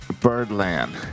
Birdland